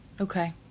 Okay